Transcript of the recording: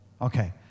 Okay